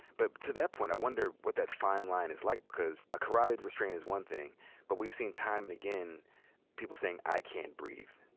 but to that point, i wonder what that fine line is like because a carotid restraint is one thing but we've seen time and again people saying, i can't breathe,